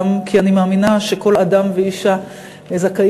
גם כי אני מאמינה שכל אדם ואישה זכאים